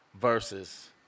versus